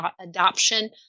adoption